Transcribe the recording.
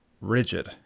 rigid